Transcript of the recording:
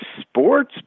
sports